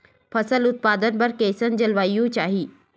फसल उत्पादन बर कैसन जलवायु चाही?